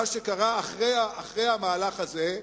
הוא דיבר על מה שקרה אחרי המהלך הזה.